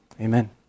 Amen